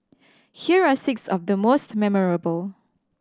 here are six of the most memorable